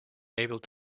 able